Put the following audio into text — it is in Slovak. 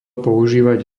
používať